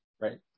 Right